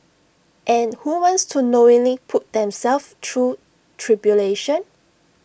and who wants to knowingly put themselves through tribulation